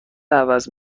عوض